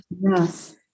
Yes